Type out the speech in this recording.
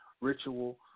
ritual